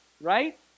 right